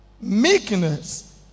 Meekness